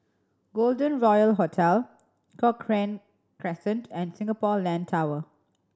Golden Royal Hotel Cochrane Crescent and Singapore Land Tower